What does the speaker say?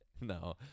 No